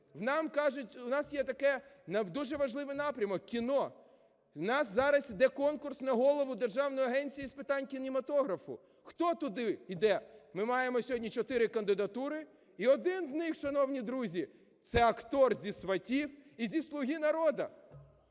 у нас є таке дуже важливий напрямок – кіно, в нас зараз іде конкурс на голову Державної агенції з питань кінематографу, хто туди іде? Ми маємо сьогодні 4 кандидатури і один з них, шановні друзі, це актор зі "Сватів" і зі "Слуги народу".